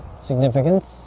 significance